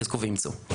חזקו ואמצו.